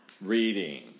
Reading